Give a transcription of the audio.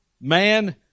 man